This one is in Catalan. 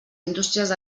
indústries